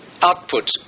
output